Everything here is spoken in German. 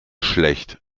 schlecht